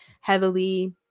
heavily